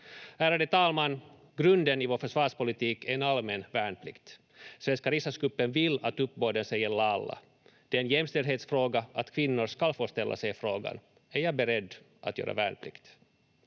Ärade talman! Grunden i vår försvarspolitik är en allmän värnplikt. Svenska riksdagsgruppen vill att uppbåden ska gälla alla. Det är en jämställdhetsfråga att kvinnor ska få ställa sig frågan: Är jag beredd att göra värnplikt?